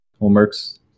homeworks